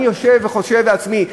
אני יושב וחושב לעצמי,